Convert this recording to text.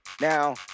Now